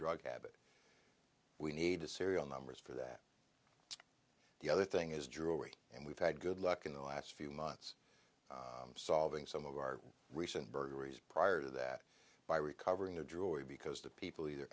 drug habit we need to serial numbers for that the other thing is jewelry and we've had good luck in the last few months solving some of our recent burglaries prior to that by recovering the droid because the people either